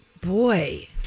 Boy